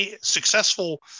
successful